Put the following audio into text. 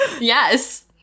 Yes